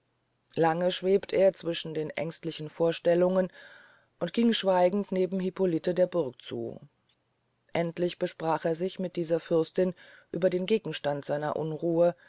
lange schwebt er zwischen diesen ängstlichen vorstellungen und ging schweigend neben hippoliten der burg zu endlich besprach er sich mit dieser fürstin über den gegenstand seiner unruhe